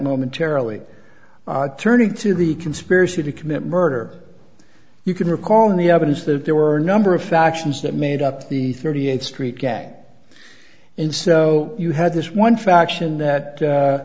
momentarily turning to the conspiracy to commit murder you can recall any evidence that there were a number of factions that made up the thirty eight street gang and so you had this one faction that